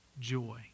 joy